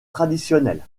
traditionnelle